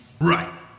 Right